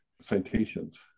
citations